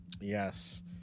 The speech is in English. Yes